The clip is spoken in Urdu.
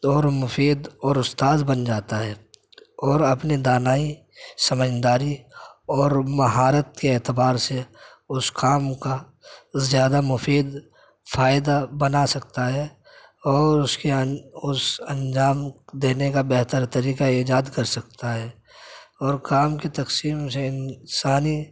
تو وہ اور مفید اور استاذ بن جاتا ہے اور اپنے دانائی سمجھداری اور مہارت کے اعتبار سے اس کام کا زیادہ مفید فائدہ بنا سکتا ہے اور اس کے ان اس انجام دینے کا بہتر طریقہ ایجاد کر سکتا ہے اور کام کی تقسیم سے انسانی